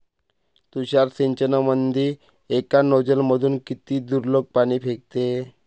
तुषार सिंचनमंदी एका नोजल मधून किती दुरलोक पाणी फेकते?